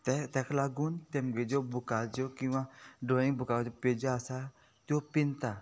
ते तेका लागून तेमगे ज्यो बुकाच्यो किंवां ड्रॉईंग बुकाच्यो पेज्यो आसा त्यो पिंजता